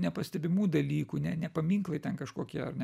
nepastebimų dalykų ne ne paminklai ten kažkokie ar ne